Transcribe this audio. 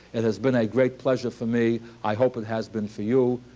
it has been a great pleasure for me. i hope it has been for you.